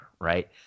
right